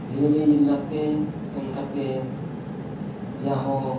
ᱜᱤᱨᱤᱰᱤ ᱡᱮᱞᱟᱛᱮ ᱥᱮᱱ ᱠᱟᱛᱮᱫ ᱡᱟᱭᱦᱳᱠ